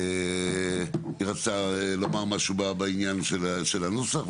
היא רצתה לומר משהו בעניין של הנוסח,